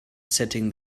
setting